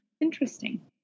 Interesting